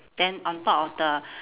then on top of the